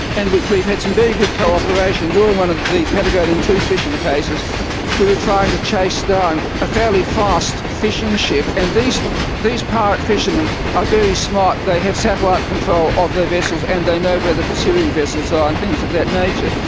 and we've we've had some very good cooperation. during one of the patagonian tooth fishing cases we were trying to chase down a fairly fast fishing ship, and these these pirate fishermen are very smart, they have satellite control of their vessels, and they know where the pursuing vessels are and things of that nature.